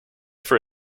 for